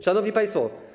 Szanowni Państwo!